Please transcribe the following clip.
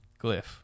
glyph